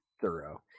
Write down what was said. thorough